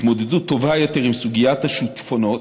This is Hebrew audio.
התמודדות טובה יותר עם סוגיית השיטפונות,